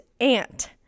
aunt